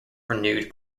renewed